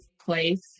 place